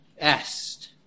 est